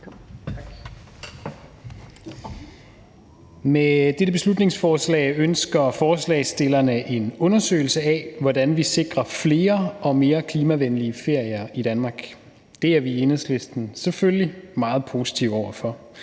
Med dette beslutningsforslag ønsker forslagsstillerne en undersøgelse af, hvordan vi sikrer flere og mere klimavenlige ferier i Danmark. Det er vi i Enhedslisten selvfølgelig meget positive over for,